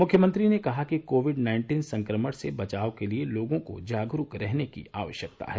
मुख्यमंत्री ने कहा कि कोविड नाइन्टीन संक्रमण से बचाव के लिए लोगों को जागरूक रहने की आवश्यकता है